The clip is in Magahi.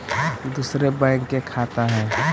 दुसरे बैंक के खाता हैं?